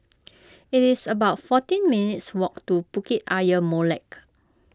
it is about fourteen minutes' walk to Bukit Ayer Molek